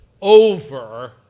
over